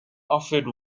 offered